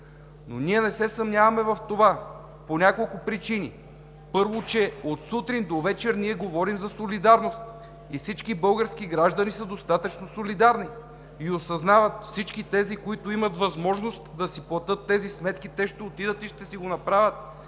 но ние не се съмняваме в това по няколко причини. Първо, че от сутрин до вечер ние говорим за солидарност и всички български граждани са достатъчно солидарни и осъзнават. Всички тези, които имат възможност да си платят тези сметки, ще отидат и ще си го направят,